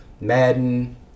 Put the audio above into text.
Madden